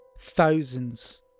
thousands